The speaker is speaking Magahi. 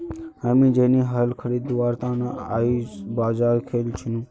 हामी छेनी हल खरीदवार त न आइज बाजार गेल छिनु